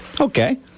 Okay